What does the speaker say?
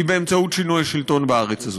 היא באמצעות שינוי השלטון בארץ הזאת.